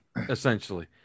essentially